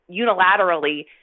unilaterally